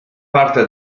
parte